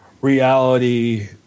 reality